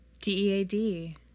D-E-A-D